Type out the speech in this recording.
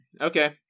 Okay